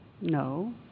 No